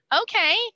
Okay